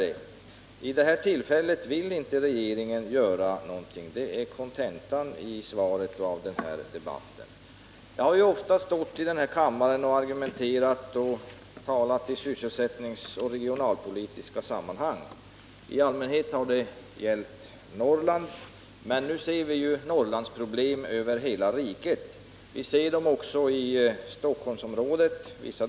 Men vid det här tillfället vill inte regeringen göra någonting — det är kontentan av svaret och den här debatten. Jag har ofta stått i den här kammaren och agerat i sysselsättningsoch regionalpolitiska frågor. I allmänhet har det gällt Norrland. Men nu har vi Norrlandsproblem över hela riket. Vi ser dessa problem också i vissa delar av Stockholmsområdet.